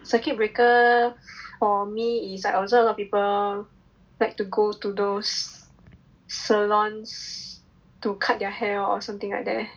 circuit breaker for me is like I observe a lot of people like to go to those salons to cut their hair or something like that eh